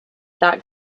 that